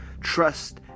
trust